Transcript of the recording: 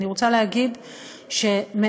אני רוצה להגיד שמאז,